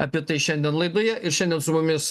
apie tai šiandien laidoje ir šiandien su mumis